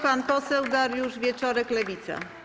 Pan poseł Dariusz Wieczorek, Lewica.